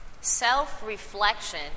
Self-reflection